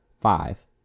five